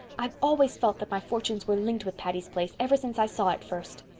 i've always felt that my fortunes were linked with patty's place, ever since i saw it first.